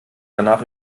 danach